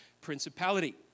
principality